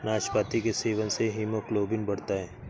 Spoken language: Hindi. नाशपाती के सेवन से हीमोग्लोबिन बढ़ता है